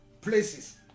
places